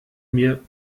mir